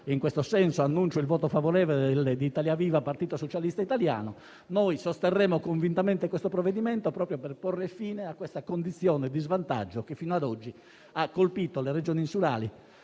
in questo senso annuncio il voto favorevole di Italia Viva-Partito Socialista italiano - sostenere convintamente il provvedimento proprio per porre fine a condizioni di svantaggio che fino ad oggi hanno colpito le Regioni insulari,